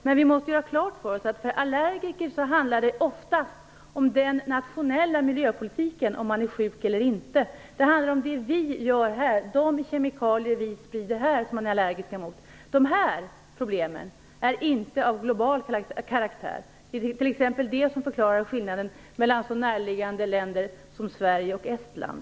Men vi måste ha klart för oss att för allergiker beror det oftast på den nationella miljöpolitiken om man är sjuk eller inte. Det handlar om det vi gör här, om de kemikalier vi sprider här, som man är allergisk mot. De här problemen är inte av global karaktär. Det är t.ex. det som förklarar skillnaden mellan så näraliggande länder som Sverige och Estland.